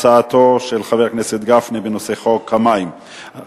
תשובה והצבעה על הצעתו של חבר הכנסת גפני בנושא חוק המים במועד אחר.